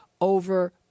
over